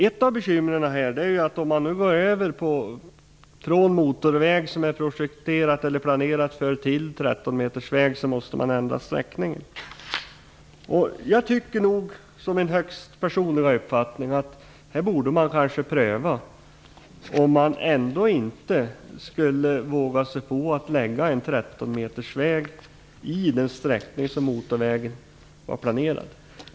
Ett av bekymren är att om man går över från motorväg, som man har planerat för, till 13-metersväg så måste man ändra sträckningen. Min högst personliga uppfattning är att man borde pröva om man ändå inte kunde våga sig på att lägga en 13 metersväg i den sträckning som motorvägen var planerad för.